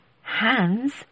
hands